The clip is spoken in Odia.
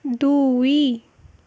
ଦୁଇ